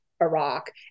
Iraq